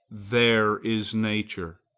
there is nature.